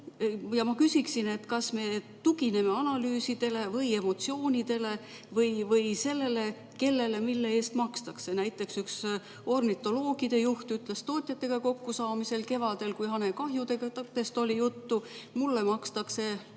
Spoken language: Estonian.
Ma küsiksin, et kas me tugineme analüüsidele või emotsioonidele või sellele, kellele mille eest makstakse. Näiteks üks ornitoloogide juht ütles kevadel tootjatega kokkusaamisel, kui hanekahjudest oli juttu, et talle makstakse